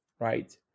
Right